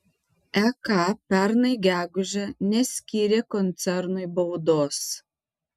ek pernai gegužę neskyrė koncernui baudos